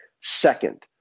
Second